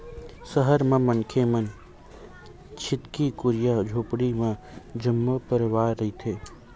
सहर म मनखे मन छितकी कुरिया झोपड़ी म जम्मो परवार रहिथे